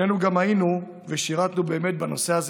שנינו גם היינו ושירתנו בצבא,